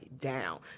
down